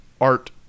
art